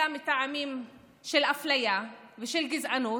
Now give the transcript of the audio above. אלא מטעמים של אפליה ושל גזענות,